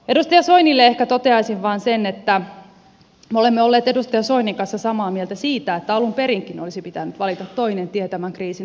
edustaja soinille ehkä toteaisin vain sen että me olemme olleet edustaja soinin kanssa samaa mieltä siitä että alun perinkin olisi pitänyt valita toinen tie tämän kriisin hoitamiseen